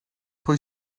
pwy